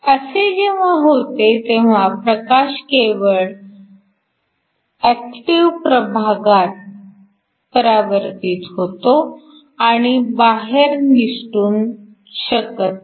असे जेव्हा होते तेव्हा प्रकाश केवळ ऍक्टिव्ह प्रभागात परावर्तित होतो आणि बाहेर निसटू शकत नाही